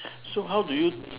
so how do you